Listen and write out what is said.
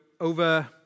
over